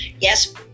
Yes